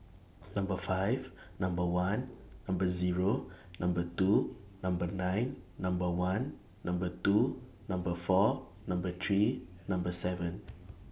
Number five Number one Number Zero Number two Number nine Number one Number two Number four Number three Number seven